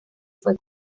fue